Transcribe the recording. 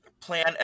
plan